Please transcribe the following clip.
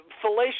fallacious